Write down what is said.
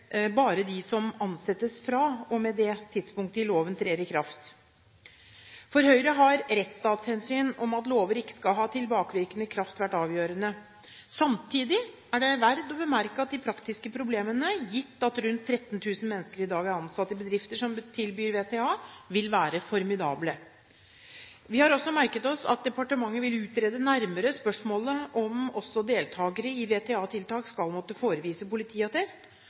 bare dem som ansettes fra og med det tidspunktet loven trer i kraft. For Høyre har rettsstatshensyn, at lover ikke skal ha tilbakevirkende kraft, vært avgjørende. Samtidig er det verd å bemerke at de praktiske problemene – gitt at rundt 13 000 mennesker i dag er ansatt i bedrifter som tilbyr VTA – vil være formidable. Vi har merket oss at departementet vil utrede nærmere spørsmålet om også deltakere i VTA-tiltak skal måtte forevise politiattest.